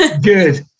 Good